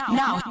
now